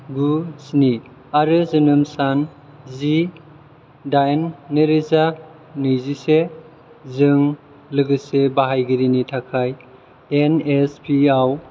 गु स्नि आरो जोनोम सान जि दाइन नैरोजा नैजिसेजों लोगोसे बाहायगिरिनि थाखाय एनएसपिआव